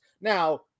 Now